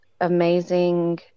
amazing